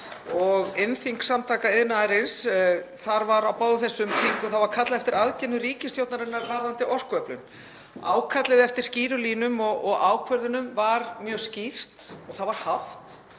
og iðnþing Samtaka iðnaðarins. Á báðum þessum þingum var kallað eftir aðgerðum ríkisstjórnarinnar varðandi orkuöflun. Ákallið eftir skýrum línum og ákvörðunum var mjög skýrt og það var hátt